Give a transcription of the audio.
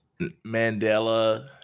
Mandela